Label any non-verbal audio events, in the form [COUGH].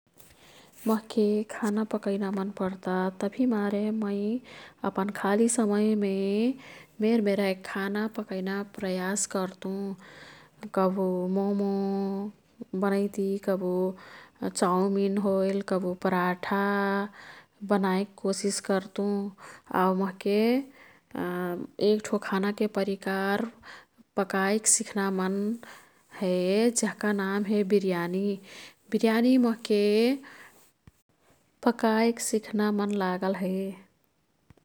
मोह्के खाना पकैना मन् पर्ता। तभिमारे मै अपन खाली समयमे मेरमेराइक् खाना पकैना प्रयास कर्तु। कबु मोमो बनैती, कबु चउमिन होइल कबु पराठा बनाईक् कोसिस कर्तुं। आऊ मोह्के [HESITATION] एक्ठो खानाके परिकार पकाईक् सिख्ना मन् हे। जेह्का नाम हे बिर्यानी। बिर्यानी मोह्के पकाईक् सिख्ना मन् लागल हे।